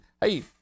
Hey